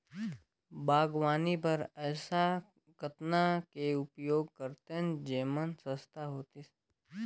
बागवानी बर ऐसा कतना के उपयोग करतेन जेमन सस्ता होतीस?